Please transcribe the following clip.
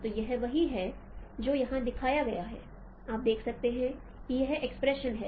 तो यह वही है जो यहाँ दिखाया गया है आप देख सकते हैं कि यह एक्सप्रेशन है